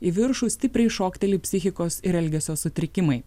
į viršų stipriai šokteli psichikos ir elgesio sutrikimai